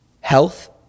health